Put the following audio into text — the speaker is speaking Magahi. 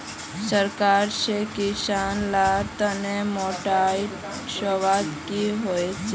सरकार से किसान लार तने मार्केटिंग सुविधा की होचे?